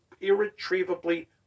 irretrievably